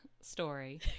story